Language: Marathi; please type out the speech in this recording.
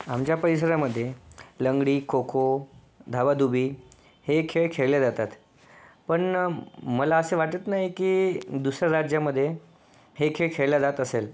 आमच्या परिसरामध्ये लंगडी खो खो धाबाधूबी हे खेळ खेळले जातात पण मला असे वाटत नाही की दुसऱ्या राज्यामध्ये हे खेळ खेळले जात असेल